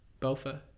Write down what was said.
Bofa